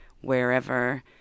wherever